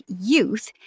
youth